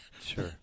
Sure